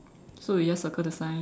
so we just circle the sign